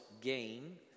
gain